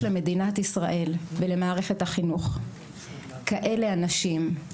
למדינת ישראל ולמערכת החינוך כאלה אנשים,